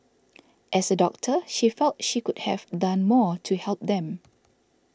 as a doctor she felt she could have done more to help them